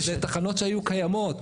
אבל מדובר בתחנות שהיו קיימות.